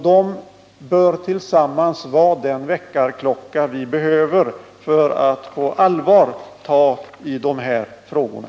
De bör tillsammans vara den väckarklocka vi behöver för att på allvar ta tag i de här frågorna.